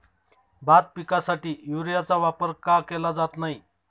भात पिकासाठी युरियाचा वापर का केला जात नाही?